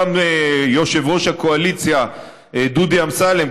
גם יושב-ראש הקואליציה דודי אמסלם,